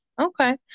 Okay